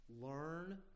Learn